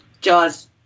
Jaws